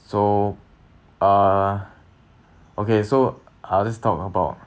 so uh okay so I always talk about